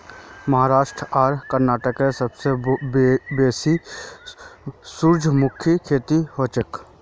महाराष्ट्र आर कर्नाटकत सबसे बेसी सूरजमुखीर खेती हछेक